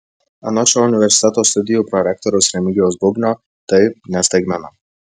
anot šio universiteto studijų prorektoriaus remigijaus bubnio tai ne staigmena